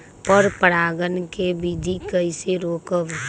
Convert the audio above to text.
पर परागण केबिधी कईसे रोकब?